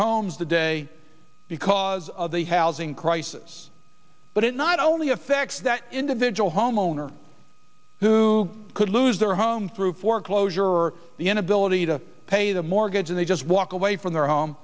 homes today because of the housing crisis but it not only affects that individual homeowner who could lose their home through foreclosure or the inability to pay the mortgage or they just walk away from their home